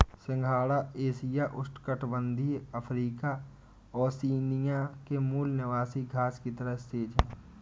सिंघाड़ा एशिया, उष्णकटिबंधीय Africa, Oceania के मूल निवासी घास की तरह सेज है